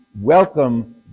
welcome